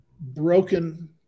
Broken